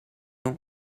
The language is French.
ans